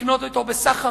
לקנות אותו בסחר-מכר